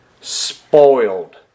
spoiled